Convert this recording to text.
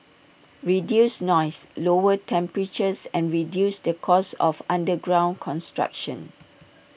reduce noise lower temperatures and reduce the cost of underground construction